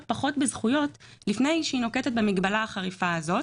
פחות בזכויות לפני שהיא נוקטת במגבלה החריפה הזאת.